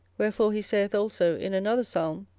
wherefore he saith also in another psalm,